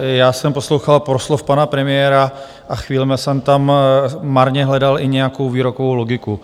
Já jsem poslouchal proslov pana premiéra a chvílemi jsem tam marně hledal i nějakou výrokovou logiku.